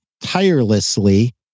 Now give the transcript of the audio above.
tirelessly